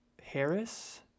Harris